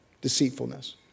deceitfulness